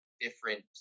different